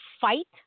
fight